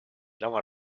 laval